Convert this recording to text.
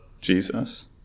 Jesus